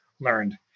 learned